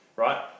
Right